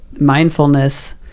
mindfulness